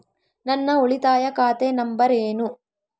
ನನ್ನ ಉಳಿತಾಯ ಖಾತೆ ನಂಬರ್ ಏನು?